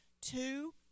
two